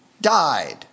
died